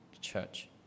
church